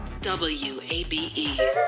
WABE